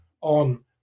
on